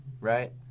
right